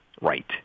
right